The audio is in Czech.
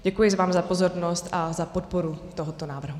Děkuji vám za pozornost a za podporu tohoto návrhu.